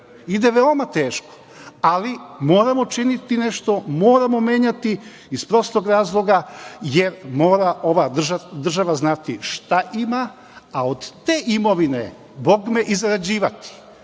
ide veoma teško, ali moramo činiti nešto, moramo menjati iz prostog razloga, jer mora ova država znati šta ima, a od te imovine i zarađivati.